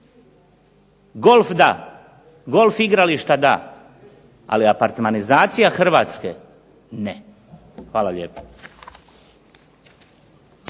Golf da, golf igrališta da, ali apartmanizacija Hrvatske ne. Hvala lijepo.